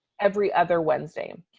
every other wednesday?